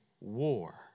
war